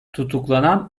tutuklanan